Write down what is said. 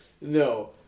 No